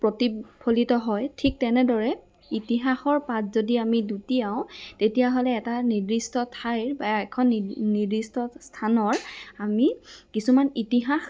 প্ৰতিফলিত হয় ঠিক তেনেদৰে ইতিহাসৰ পাত যদি আমি লুটিয়াওঁ তেতিয়াহ'লে এটা নিৰ্দিষ্ট ঠাইৰ বা এখন নিৰ্দিষ্ট স্থানৰ আমি কিছুমান ইতিহাস